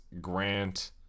Grant